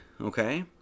Okay